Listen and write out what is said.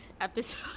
episode